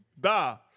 Da